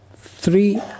Three